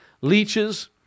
leeches